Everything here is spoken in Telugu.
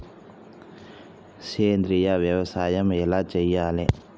సేంద్రీయ వ్యవసాయం ఎలా చెయ్యాలే?